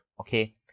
okay